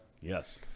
Yes